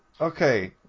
okay